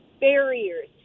barriers